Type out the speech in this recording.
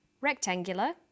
rectangular